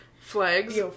flags